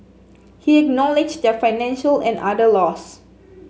he acknowledged their financial and other loss